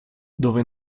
dove